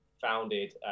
founded